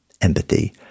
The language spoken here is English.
empathy